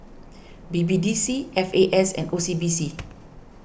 B B D C F A S and O C B C